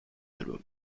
album